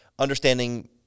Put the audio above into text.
understanding